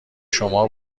شما